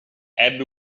ebbe